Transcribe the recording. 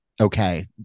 okay